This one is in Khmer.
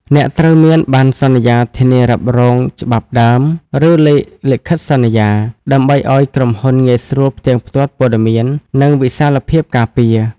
អ្នកត្រូវមាន បណ្ណសន្យាធានារ៉ាប់រងច្បាប់ដើម ឬលេខលិខិតសន្យា ដើម្បីឱ្យក្រុមហ៊ុនងាយស្រួលផ្ទៀងផ្ទាត់ព័ត៌មាន និងវិសាលភាពការពារ។